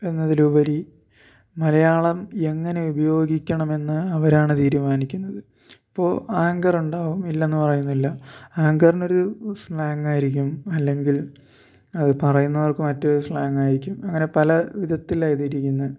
എന്നതിലുപരി മലയാളം എങ്ങനെ ഉപയോഗിക്കണമെന്ന് അവരാണ് തീരുമാനിക്കുന്നത് ഇപ്പോൾ ആങ്കറുണ്ടാവും ഇല്ലെന്ന് പറയുന്നില്ല ആങ്കറിനൊരു സ്ലാങ്ങായിരിക്കും അല്ലെങ്കിൽ അത് പറയുന്നവർക്ക് മറ്റൊരു സ്ലാങ്ങായിരിക്കും അങ്ങനെ പല വിധത്തിലാണ് ഇതിരിക്കുന്നത്